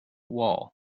wall